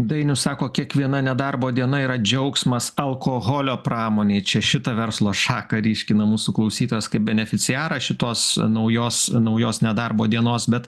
dainius sako kiekviena nedarbo diena yra džiaugsmas alkoholio pramonei čia šitą verslo šaką ryškina mūsų klausytojas kaip beneficijarą šitos naujos naujos nedarbo dienos bet